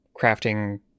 crafting